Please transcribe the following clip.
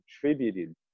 contributed